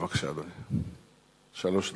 בבקשה, אדוני, שלוש דקות.